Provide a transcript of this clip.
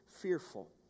fearful